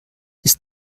ist